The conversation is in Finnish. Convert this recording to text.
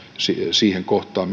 siihen kohtaan